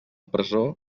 presó